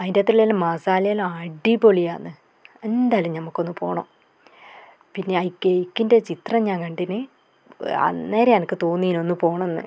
അതിൻ്റെ അകത്തുള്ള മസാല എല്ലാം അടിപൊളിയാണ് എന്തായാലും ഞമുക്കൊന്ന് പോകണം പിന്നെ ആ കേക്കിൻ്റെ ചിത്രം ഞാൻ കണ്ടീന് അന്നേരം എനിക്ക് തോന്നി ഒന്ന് പോകണമെന്ന്